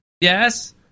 Yes